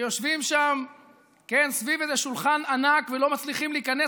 יושבים שם סביב איזה שולחן ענק ולא מצליחים להיכנס